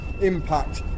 impact